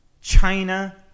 china